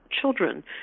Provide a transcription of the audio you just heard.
children